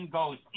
goes